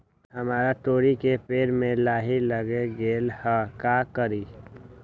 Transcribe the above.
हमरा तोरी के पेड़ में लाही लग गेल है का करी?